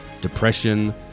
depression